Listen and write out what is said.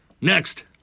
Next